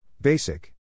Basic